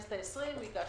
בכנסת ה-20 הגשנו,